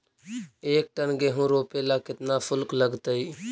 एक टन गेहूं रोपेला केतना शुल्क लगतई?